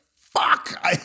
fuck